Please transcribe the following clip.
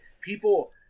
people